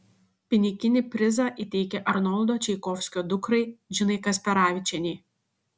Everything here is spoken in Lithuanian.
piniginį prizą įteikė arnoldo čaikovskio dukrai džinai kasperavičienei